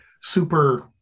super